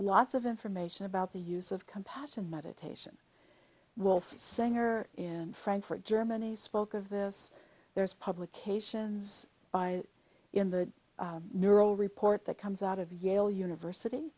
lots of information about the use of compassion meditation wolf saying or in frankfurt germany spoke of this there's publications by in the neural report that comes out of yale university